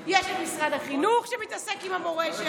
יש את משרד החינוך שמתעסק עם המורשת.